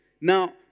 Now